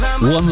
One